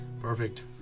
Perfect